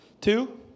Two